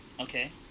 Okay